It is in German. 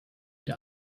der